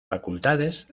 facultades